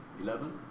eleven